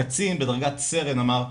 קצין בדרגת סרן אמר: